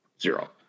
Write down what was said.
zero